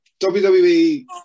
wwe